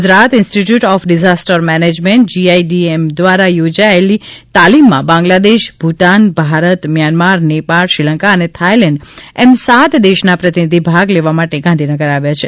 Gujarat institute of disaster management GIDM દ્વારા યોજાયેલી તાલીમ માં બાંગ્લાદેશ ભૂટાન ભારત મ્યાનમાર નેપાળ શ્રીલંકા અને થાઈલૅન્ડ એમ સાત દેશ ના પ્રતિનિધિ ભાગ લેવા માટે ગાંધીનગર આવ્યા છે